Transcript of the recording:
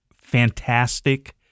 fantastic